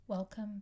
Welcome